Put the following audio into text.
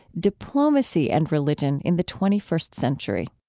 diplomacy and religion in the twenty first century.